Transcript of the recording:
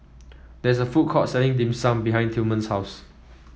there is a food court selling Dim Sum behind Tilman's house